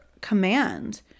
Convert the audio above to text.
command